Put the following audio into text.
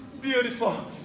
beautiful